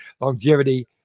longevity